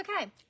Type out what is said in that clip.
okay